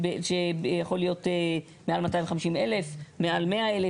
יכול להיות מעל 250,000 או מעל 100,000,